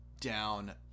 down